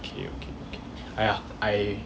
okay okay okay !aiya! I